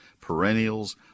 perennials